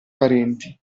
parenti